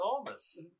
enormous